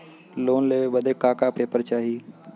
Loan लेवे बदे का का पेपर चाही?